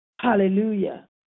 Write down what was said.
Hallelujah